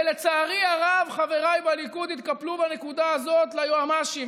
לצערי הרב חבריי בליכוד התקפלו בנקודה הזאת ליועמ"שים,